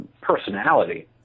personality